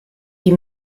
die